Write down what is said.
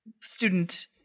student